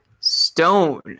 stone